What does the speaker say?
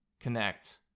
connect